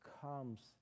comes